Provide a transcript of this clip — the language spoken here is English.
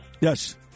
Yes